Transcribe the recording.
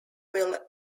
will